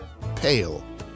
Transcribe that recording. pale